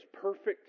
perfect